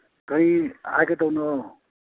ꯀꯔꯤ ꯍꯥꯏꯒꯗꯧꯅꯣ